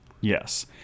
Yes